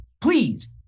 Please